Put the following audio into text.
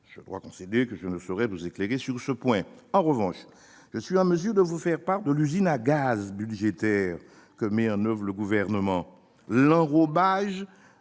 mes chers collègues, que je ne saurais vous éclairer sur ce point. En revanche, je suis en mesure de vous faire part de l'usine à gaz budgétaire que met en oeuvre le Gouvernement. Excellent